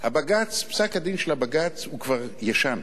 פסק-הדין של הבג"ץ הוא כבר ישן.